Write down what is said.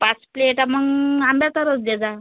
पाच प्लेटा मग आंब्याचा रस दे